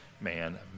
man